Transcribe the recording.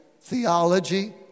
theology